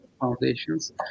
foundations